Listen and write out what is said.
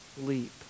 leap